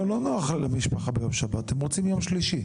אבל אם הוא לא רוצה ביום שבת והוא רוצה ביום שלישי?